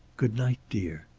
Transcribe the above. good-night, dear,